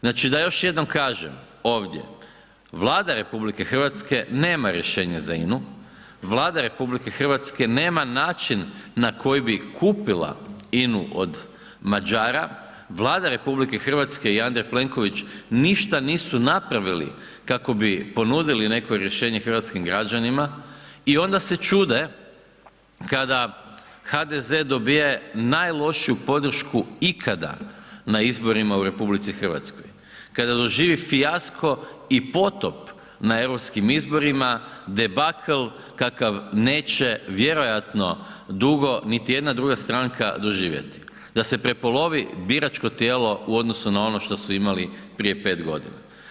Znači da još jednom kažem ovdje, Vlada RH nema rješenja za INA-u, Vlada RH nema način na koji bi kupila INA-u od Mađara, Vlada RH i Andrej Plenković ništa nisu napravili kako bi ponudili neko rješenje hrvatskim građanima i onda se čude kada HDZ dobije najlošiju podršku ikada na izborima u RH kada doživi fijasko i potop na eu izborima debakl kakav neće vjerojatno dugo niti jedna druga stranka doživjeti da se prepolovi biračko tijelo u odnosu na ono što su imali prije 5 godina.